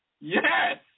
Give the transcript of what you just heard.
Yes